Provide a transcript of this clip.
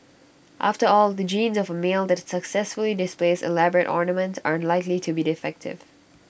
after all the genes of A male that successfully displays elaborate ornaments are unlikely to be defective